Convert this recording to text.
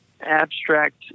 abstract